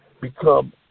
become